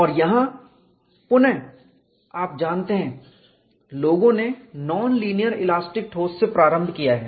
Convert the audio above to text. और यहां पुनः आप जानते हैं लोगों ने नॉनलीनियर इलास्टिक ठोस से प्रारंभ किया है